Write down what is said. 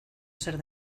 ser